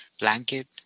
blanket